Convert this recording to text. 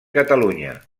catalunya